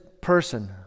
person